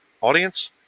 audience